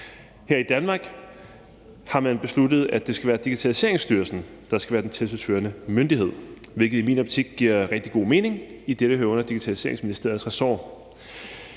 Her i Danmark har man besluttet, at det skal være Digitaliseringsstyrelsen, der skal være den tilsynsførende myndighed, hvilket i min optik giver rigtig god mening, idet det hører under Digitaliseringsministeriets ressort.